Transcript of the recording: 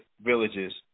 villages